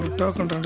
tokens